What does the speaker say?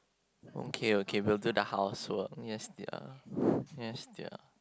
okay okay will do the housework yes dear yes dear